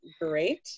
great